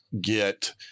get